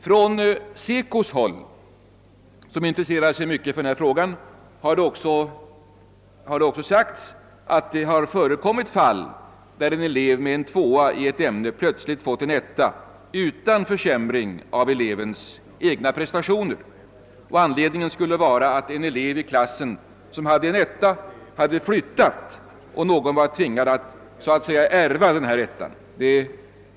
Från SECO, som intresserar sig mycket för denna fråga, har det gjorts gällande att det har förekommit fall där en elev med en tvåa i ett ämne plötsligt har fått en etta utan försämring av de egna prestationerna. Anledningen skulle vara att en elev i klassen som hade betyget 1 flyttat och att någon var tvingad att så att säga ärva denna etta.